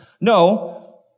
No